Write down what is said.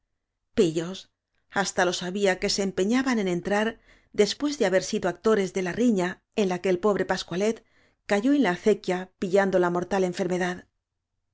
pillos hasta los había que se empeñaban en entrar después de haber sido actores de la riña en la que el pobre pascualet cayó en la acequia pillando la mor tal enfermedad